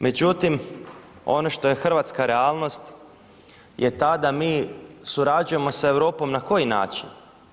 Međutim, ono što je hrvatska realnost je ta da mi surađujemo sa Europom na koji način?